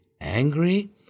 angry